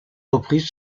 reprises